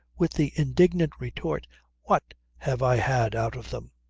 with the indignant retort what have i had out of them?